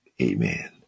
amen